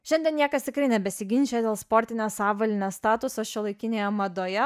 šiandien niekas tikrai nebesiginčija dėl sportinės avalynės statuso šiuolaikinėje madoje